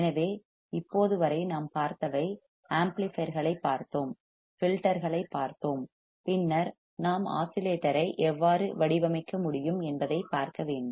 எனவே இப்போது வரை நாம் பார்த்தவை ஆம்ப்ளிபையர்களைப் பார்த்தோம் ஃபில்டர்களைப் பார்த்தோம் பின்னர் நாம் ஆஸிலேட்டரை எவ்வாறு வடிவமைக்க முடியும் என்பதைப் பார்க்க வேண்டும்